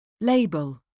Label